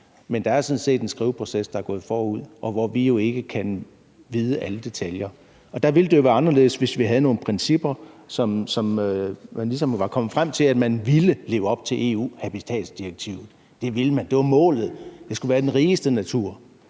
men der er sådan set en skriveproces, der er gået forud, og hvor vi jo ikke kan kende alle detaljer. Der ville det jo være anderledes, hvis vi havde nogle principper, hvor man ligesom var kommet frem til, at man ville leve op til EU's habitatdirektiv – det ville man, det var målet, det skulle være den rigeste natur.